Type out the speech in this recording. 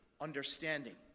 understanding